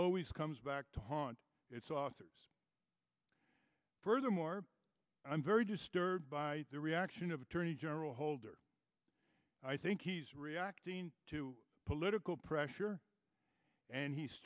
always comes back to haunt its authors furthermore i'm very disturbed by the reaction of attorney general holder i think he's reacting to political pressure and he's